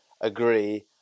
agree